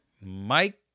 Mike